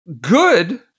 good